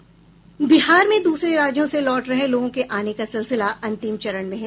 बिहार में दूसरे राज्यों से लौट रहे लोगों के आने का सिलसिला अंतिम चरण में है